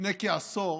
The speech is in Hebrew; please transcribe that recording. לפני כעשור,